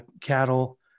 cattle